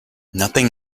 nothing